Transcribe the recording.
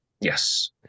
Yes